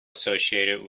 associated